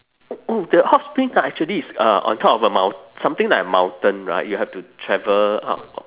oo oo the hot springs are actually is uh on top of a mount~ something like a mountain right you have to travel up